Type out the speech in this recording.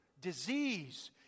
disease